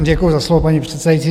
Děkuji za slovo, paní předsedající.